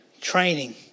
training